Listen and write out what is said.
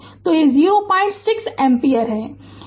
तो यह 06 एम्पीयर है